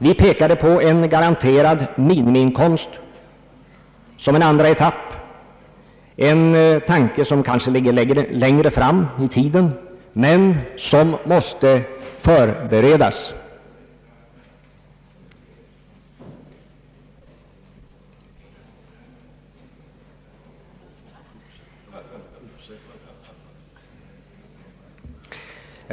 Vi pekade på en garan terad minimiinkomst som en andra etapp, en tanke som kanske ligger längre fram i tiden men som måste förberedas.